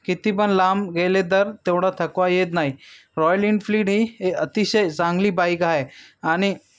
किती पण लांब गेले तर तेवढा थकवा येत नाही रॉयल इनफ्लीड ही हे अतिशय चांगली बाईक आहे आणि